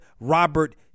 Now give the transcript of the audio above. Robert